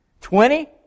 Twenty